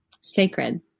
sacred